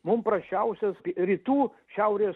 mum prasčiausias rytų šiaurės